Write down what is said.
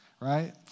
right